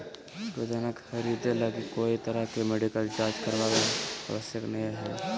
योजना खरीदे लगी कोय तरह के मेडिकल जांच करावे के आवश्यकता नयय हइ